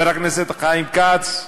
וחבר הכנסת חיים כץ,